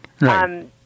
Right